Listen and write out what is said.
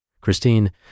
Christine